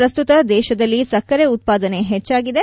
ಪ್ರಸ್ತುತ ದೇಶದಲ್ಲಿ ಸಕ್ಕರೆ ಉತ್ಪಾದನೆ ಹೆಚ್ಚಾಗಿದೆ